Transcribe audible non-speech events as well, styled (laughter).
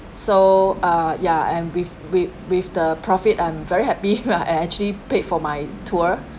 so uh ya and with with with the profit I'm very happy (laughs) we are actually paid for my tour